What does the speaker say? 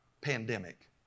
pandemic